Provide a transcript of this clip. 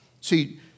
See